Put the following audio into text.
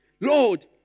Lord